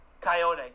Coyote